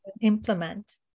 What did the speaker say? implement